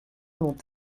l’ont